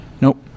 Nope